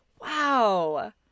Wow